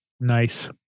Nice